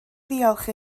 ddiolch